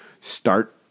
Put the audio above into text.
start